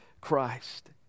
Christ